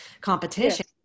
competition